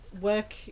work